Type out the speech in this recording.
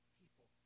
people